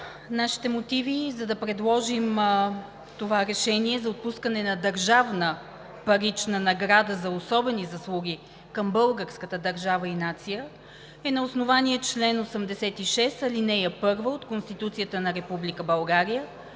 Нашите мотиви, за да предложим това решение за отпускане на държавна парична награда за особени заслуги към българската държава и нацията, са на основание чл. 86, ал. 1 от Конституцията на Република